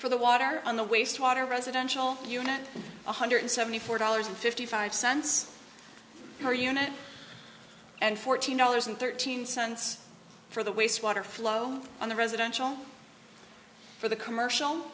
for the water on the wastewater residential unit one hundred seventy four dollars and fifty five cents per unit and fourteen dollars and thirteen cents for the waste water flow on the residential for the commercial